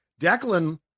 Declan